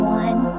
one